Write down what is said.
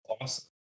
awesome